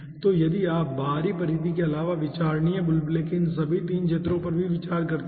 तो यदि आप बाहरी परिधि के अलावा विचारणीय बुलबुले के इन सभी 3 क्षेत्रों पर भी पर विचार करते हैं